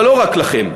אבל לא רק לכם.